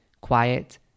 quiet